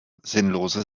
sinnlose